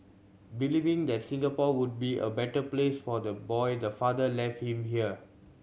believing that Singapore would be a better place for the boy the father left him here